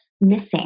missing